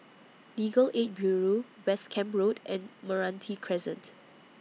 Legal Aid Bureau West Camp Road and Meranti Crescent